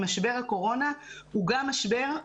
משבר הקורונה הוא גם משבר,